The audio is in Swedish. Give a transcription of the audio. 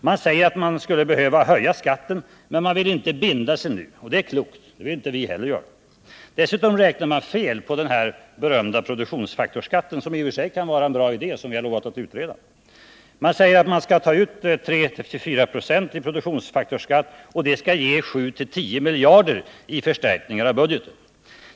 Man säger att skatten skulle behöva höjas, men man vill inte binda sig nu. Det är klokt. Det vill inte vi heller göra. Dessutom räknar man fel på den här berömda produktionsfaktorsskatten, som i och för sig kan vara en bra idé och som vi har lovat utreda. Man säger att man skall ta ut 3-4 26 i produktionsfaktorsskatt, och det skall ge 7-10 miljarder i förstärkning av budgeten.